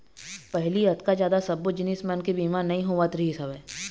पहिली अतका जादा सब्बो जिनिस मन के बीमा नइ होवत रिहिस हवय